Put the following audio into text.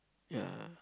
ya